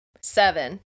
Seven